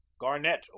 Garnett